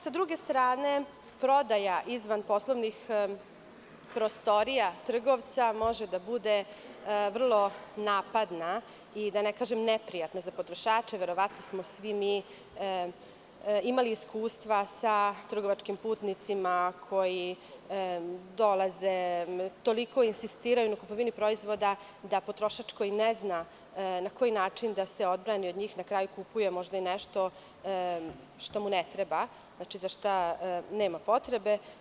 Sa druge strane, prodaja izvan poslovnih prostorija trgovca može da bude vrlo napadna i neprijatna za potrošače, jer smo verovatno svi mi imali iskustva sa trgovačkim putnicima koji toliko insistiraju na kupovini proizvoda, da potrošač ne zna na koji način da se odbrani od njih, a na kraju možda kupuje i nešto što mu ne treba, za šta nema potrebe.